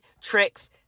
tricks